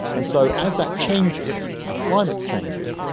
and so as that changes, as climate changes,